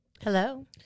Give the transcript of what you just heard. Hello